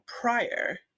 prior